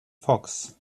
fox